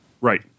Right